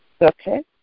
Okay